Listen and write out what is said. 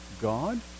God